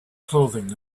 clothing